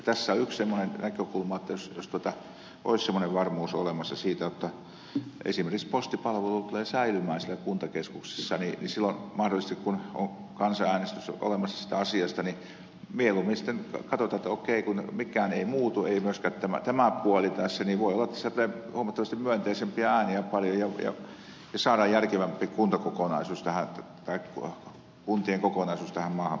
tässä on yksi semmoinen näkökulma että jos olisi semmoinen varmuus olemassa siitä jotta esimerkiksi postipalvelu tulee säilymään siellä kuntakeskuksessa niin silloin mahdollisesti kun on kansanäänestys olemassa siitä asiasta mieluummin katsotaan että okei kun mikään ei muutu ei myöskään tämä puoli tässä niin voi olla että siellä tulee huomattavasti myönteisempiä ääniä paljon ja saadaan järkevämpi kuntien kokonaisuus tähän maahan